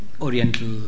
Oriental